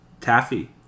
Taffy